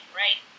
right